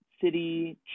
city